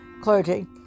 clergy